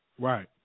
Right